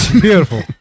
Beautiful